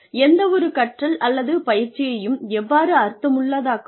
எந்தவொரு கற்றல் அல்லது பயிற்சியையும் எவ்வாறு அர்த்தமுள்ளதாக்குவது